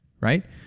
Right